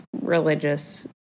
religious